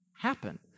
happen